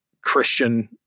Christian